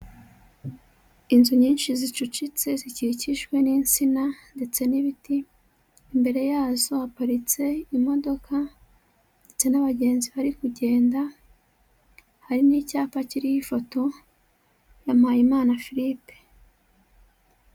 Inzu nyinshi zicucitse zikikijwe n'insina ndetse n'ibiti, imbere yazo haparitse imodoka ndetse n'abagenzi bari kugenda hari n'icyapa kiriho ifoto ya Mpayimana Filipe.